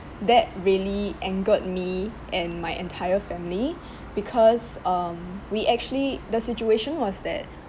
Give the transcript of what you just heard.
that really angered me and my entire family because um we actually the situation was that